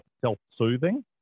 self-soothing